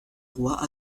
roi